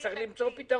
צריך למצוא פתרון.